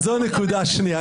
זו נקודה שנייה.